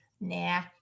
Nah